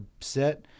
set